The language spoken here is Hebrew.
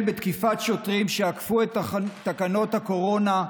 בתקיפת שוטרים שאכפו את תקנות הקורונה,